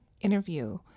interview